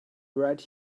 right